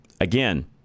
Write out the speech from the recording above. again